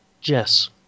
Jess